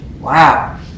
wow